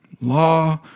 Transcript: law